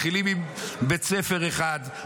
מתחילים עם בית ספר אחד,